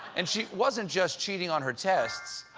and she wasn't just cheating on her tests,